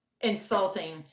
insulting